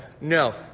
No